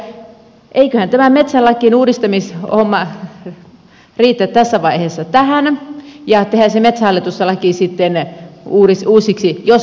elikkä eiköhän tämä metsälakien uudistamishomma riitä tässä vaiheessa ja tehdään se metsähallitus laki sitten uusiksi jos on tarvetta